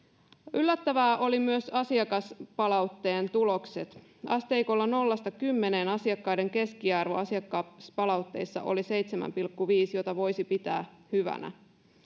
yllättäviä olivat myös asiakaspalautteen tulokset asteikolla nollasta kymmeneen keskiarvo asiakaspalautteissa oli seitsemän pilkku viisi jota voisi pitää hyvänä